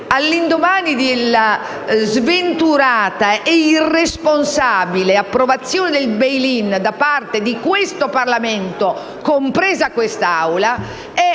all'indomani della sventurata e irresponsabile approvazione del *bail in* da parte del Parlamento, compresa quest'Assemblea, è